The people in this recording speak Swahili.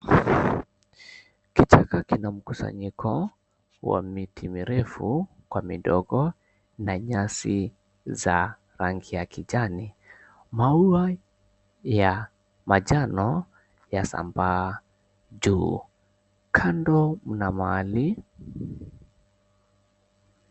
Kichaka kina mkusanyiko wa miti mirefu kwa midogo na nyasi za rangi ya kijani. Maua ya manjano yasambaa juu. Kando mna mali.